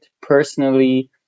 personally